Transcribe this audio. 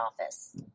office